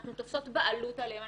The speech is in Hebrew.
אנחנו תופסות בעלות עליהן,